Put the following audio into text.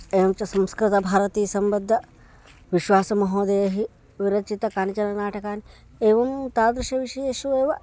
एवं च संस्कृतभारती सम्बद्ध विश्वासः महोदयैः विरचितं कानिचन नाटकानि एवं तादृश विषयेषु एव